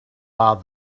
are